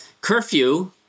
curfew